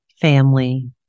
family